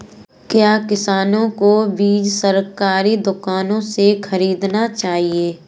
क्या किसानों को बीज सरकारी दुकानों से खरीदना चाहिए?